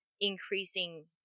increasing